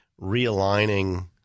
realigning